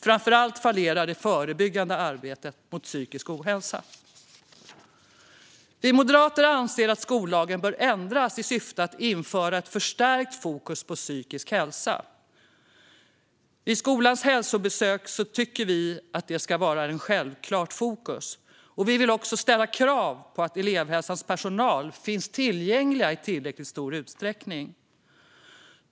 Framför allt fallerar det förebyggande arbetet mot psykisk ohälsa. Vi moderater anser att skollagen bör ändras i syfte att införa ett förstärkt fokus på psykisk hälsa. Vid skolans hälsobesök tycker vi att det ska vara ett självklart fokus. Vi vill också ställa krav på att elevhälsans personal finns tillgänglig i tillräckligt stor utsträckning.